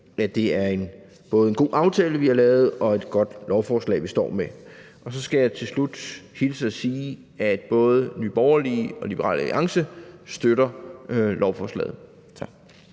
at det både er en god aftale, vi har lavet, og et godt lovforslag, vi står med. Så skal jeg til slut hilse og sige, at både Nye Borgerlige og Liberal Alliance støtter lovforslaget. Tak.